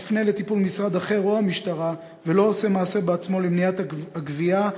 מפנה לטיפול משרד אחר או המשטרה ולא עושה מעשה בעצמו למניעת הגבייה,